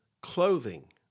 clothing